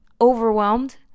overwhelmed